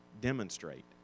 demonstrate